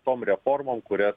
tom reformom kurias